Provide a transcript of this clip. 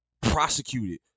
prosecuted